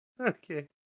okay